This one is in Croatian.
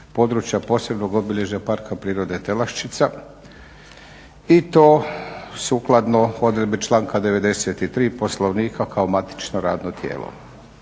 područja posebnog obilježja Parka prirode Telaščica i to sukladno odredbi članka 93. Poslovnika kao matično radno tijelo.